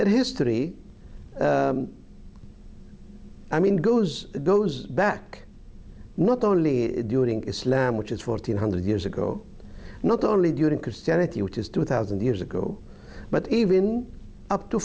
that history i mean goes it goes back not only do it in islam which is fourteen hundred years ago not only during christianity which is two thousand years ago but even up to